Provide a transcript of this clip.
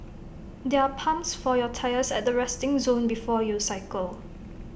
there are pumps for your tyres at the resting zone before you cycle